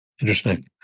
Interesting